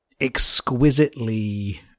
exquisitely